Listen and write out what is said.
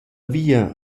via